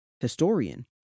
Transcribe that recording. historian